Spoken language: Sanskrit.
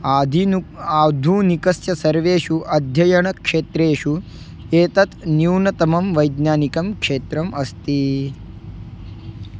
आधुनिकं आधुनिकस्य सर्वेषु अध्ययनक्षेत्रेषु एतत् न्यूनतमं वैज्ञानिकं क्षेत्रम् अस्ति